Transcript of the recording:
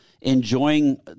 enjoying